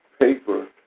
paper